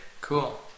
Cool